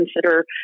consider